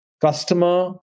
Customer